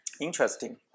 Interesting